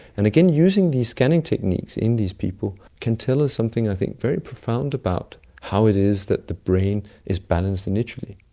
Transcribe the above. and again, using these scanning techniques in these people can tell us something, i think, very profound about how it is that the brain is balanced initially.